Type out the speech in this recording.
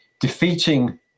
defeating